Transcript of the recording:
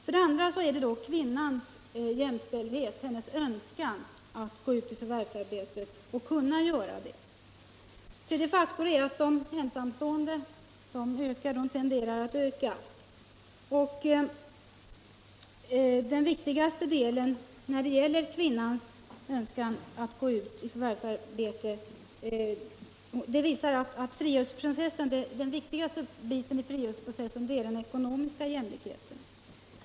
För det andra är det kvinnans jämställdhet, hennes önskan att kunna gå ut i förvärvsarbetet. Till det sagda hör också att de ensamstående mödrarna tenderar att öka i antal. Och den viktigaste delen i kvinnans frigörelseprocess är den ekonomiska jämlikheten.